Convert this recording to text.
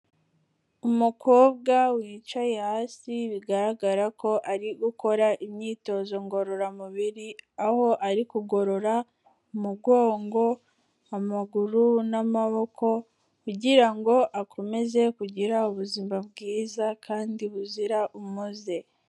Umukobwa wicaye hasi bigaragara ko ari gukora imyitozo ngororamubiri, aho ari kugorora umugongo, amaguru n'amaboko kugira ngo akomeze kugira ubuzima bwiza kandi buzira umuze.